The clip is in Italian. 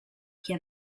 che